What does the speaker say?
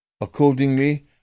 Accordingly